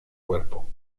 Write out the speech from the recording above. cuerpo